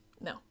No